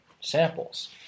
samples